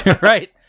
Right